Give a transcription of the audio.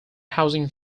housing